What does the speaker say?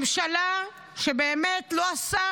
ממשלה שבאמת לא עושה